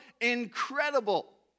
incredible